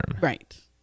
Right